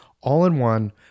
all-in-one